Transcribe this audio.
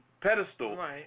pedestal